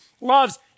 loves